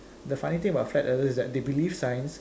the funny thing about flat earthers is that they believe science